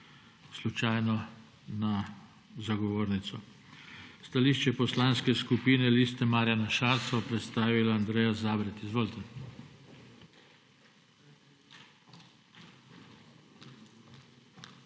slučajno za govornico. Stališče Poslanske skupine Liste Marjana Šarca bo predstavila Andreja Zabret. Izvolite.